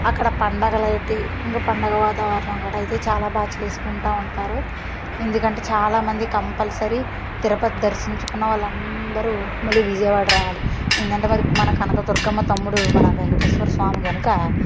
అక్కడ పండగలేంటి ఇక పండగ వాతావరణం అయితే చాలా బాగా చేసుకుంటూ ఉంటారు ఎందుకంటే చాలామంది కంపల్సరీ తిరుపతి దర్శించుకున్న వాళ్ళందరూ మళ్ళీ విజయవాడ రావాలి ఎందుకంటే కనకదుర్గమ్మ తమ్ముడు మన వెంకటేశ్వర స్వామి కనుక